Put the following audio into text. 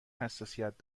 حساسیت